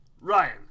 Ryan